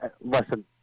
listen